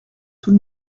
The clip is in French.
tout